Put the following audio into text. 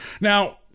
Now